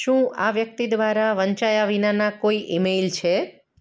શું આ વ્યક્તિ દ્વારા વંચાયા વિનાના કોઇ ઇમેલ છે